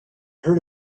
heard